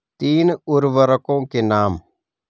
तीन उर्वरकों के नाम?